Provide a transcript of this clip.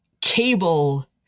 Cable